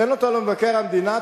תן אותו למבקר המדינה,